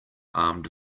armed